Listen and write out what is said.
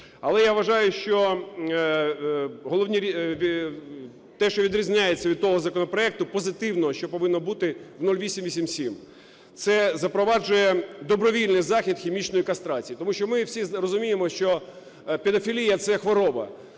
Але, я вважаю, те, що відрізняється від того законопроекту, позитивно, що повинно бути у 0887, це запроваджує добровільний захід хімічної кастрації, тому що ми всі розуміємо, що педофілія – це хвороба.